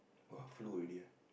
[wah] flu already ah